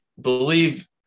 believe